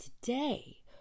Today